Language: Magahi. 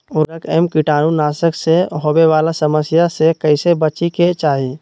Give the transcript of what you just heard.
उर्वरक एवं कीटाणु नाशक से होवे वाला समस्या से कैसै बची के चाहि?